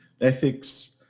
ethics